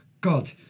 God